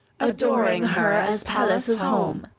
adoring her as pallas' home!